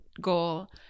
goal